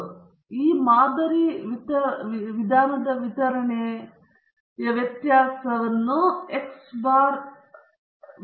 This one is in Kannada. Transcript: ಆದ್ದರಿಂದ ಮಾದರಿ ವಿಧಾನದ ವಿತರಣೆ ಇರುತ್ತದೆ ಮತ್ತು ಈ ವಿತರಣೆಯ ವ್ಯತ್ಯಾಸವು x ಬಾರ್ನ ವಿ